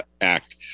Act